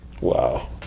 Wow